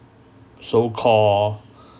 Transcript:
so called